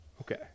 Okay